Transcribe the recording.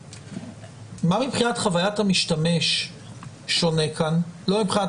מה מבחינת חוויית המשתמש שונה כן לא מבחינת